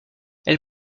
elle